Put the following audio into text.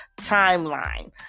timeline